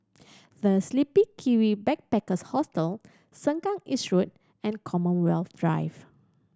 The Sleepy Kiwi Backpackers Hostel Sengkang East Road and Commonwealth Drive